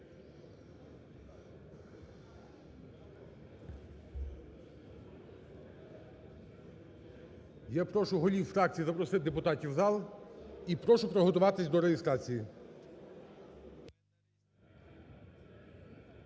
Я прошу голів фракцій запросити депутатів в зал і прошу приготуватись до реєстрації.